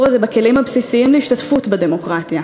הזה בכלים הבסיסיים להשתתפות בדמוקרטיה.